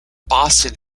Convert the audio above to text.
boston